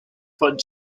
von